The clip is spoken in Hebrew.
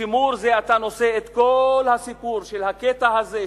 שימור זה שאתה נושא את כל הסיפור של הקטע הזה,